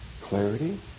clarity